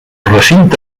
recinte